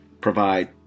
provide